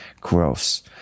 Gross